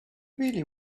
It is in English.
really